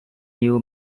new